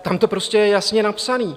Tam to prostě je jasně napsané.